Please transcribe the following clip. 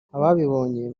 ababibonye